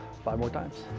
five more times.